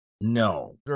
no